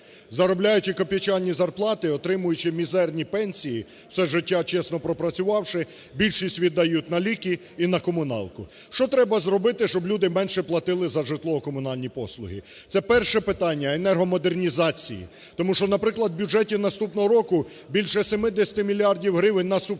заробляючи копійчані зарплати, отримуючи мізерні пенсії, все життя чесно пропрацювавши, більшість віддають на ліки і на комуналку. Що треба зробити, щоб люди менше платили за житлово-комунальні послуги? Це перше питання -енергомодернізації, тому що, наприклад, в бюджеті наступного року більше 70 мільярдів гривень на субсидії